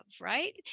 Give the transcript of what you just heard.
right